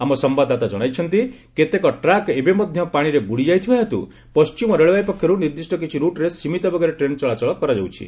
ଆମ ସମ୍ଭାଦଦାତା କଣାଇଛନ୍ତି କେତେକ ଟ୍ରାକ୍ ଏବେ ମଧ୍ୟ ପାଣିରେ ବୁଡ଼ିଯାଇଥିବାହେତୁ ପଣ୍ଢିମ ରେଳବାଇ ପକ୍ଷରୁ ନିର୍ଦ୍ଦିଷ୍ଟ କିଛି ରୁଟ୍ରେ ସୀମିତ ବେଗରେ ଟ୍ରେନ୍ ଚଳାଚଳ କରାଯାଉଛି